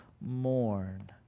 mourn